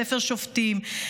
ספר שופטים,